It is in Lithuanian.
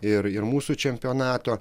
ir ir mūsų čempionato